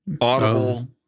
audible